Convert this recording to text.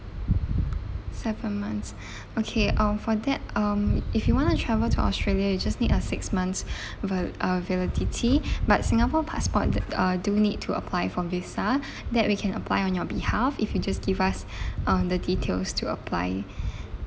settlements okay um for that um if you want to travel to australia you just need a six months val~ uh validity but singapore passport uh do need to apply for visa that we can apply on your behalf if you just give us um the details to apply